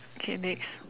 okay next